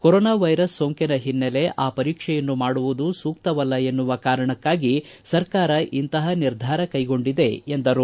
corona virus ಸೋಂಕಿನ ಹಿನ್ನೆಲೆ ಆ ಪರೀಕ್ಷೆ ಮಾಡುವುದು ಸೂಕ್ತವಲ್ಲ ಎನ್ನುವ ಕಾರಣಕ್ಕಾಗಿ ಸರ್ಕಾರ ಇಂತಹ ನಿರ್ಧಾರ ಕೈಗೊಂಡಿದೆ ಎಂದರು